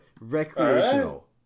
recreational